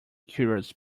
curious